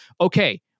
Okay